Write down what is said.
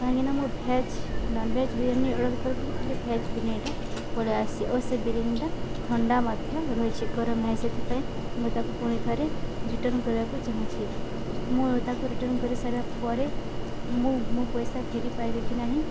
କାହିଁକିନା ମୁଁ veg nonveg biryani order କରିଥିଲି ହେଲେ ଭେଜ ବିରିୟାନିଟା ପଳେଇ ଆସିଛି ଓ ସେ ବିରିୟାନୀଟା ଥଣ୍ଡା ମଧ୍ୟ ରହିଛି ଗରମ ନାହିଁ ସେଥିପାଇଁ ମୁଁ ତାକୁ ପୁଣି ଥରେ ରିଟର୍ଣ୍ଣ କରିବାକୁ ଚାହୁଁଛି ମୁଁ ତାକୁ ରିଟର୍ଣ୍ଣ କରିସାରିବା ପରେ ମୁଁ ମୋ ପଇସା ଫେରି ପାଇବି କି ନାହିଁ